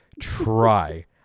try